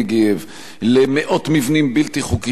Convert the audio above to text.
למאות מבנים בלתי חוקיים בכפר-השילוח,